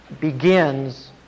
begins